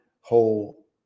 whole